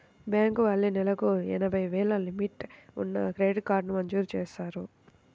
bank వాళ్ళు నెలకు ఎనభై వేలు లిమిట్ ఉన్న క్రెడిట్ కార్డుని మంజూరు చేశారు